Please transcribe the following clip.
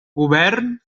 govern